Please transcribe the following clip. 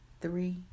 three